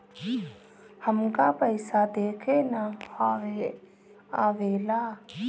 हमका पइसा देखे ना आवेला?